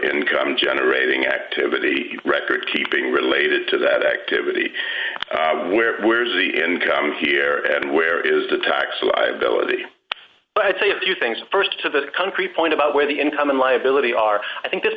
income generating activity recordkeeping related to that activity where where's the income here and where is the tax liability but i'd say a few things st to the country point about where the income and liability are i think this